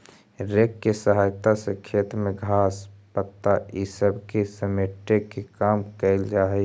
rake के सहायता से खेत में घास, पत्ता इ सब के समेटे के काम कईल जा हई